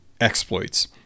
exploits